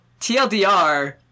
TLDR